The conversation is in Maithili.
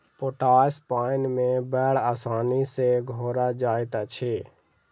पोटास पाइन मे बड़ आसानी सॅ घोरा जाइत अछि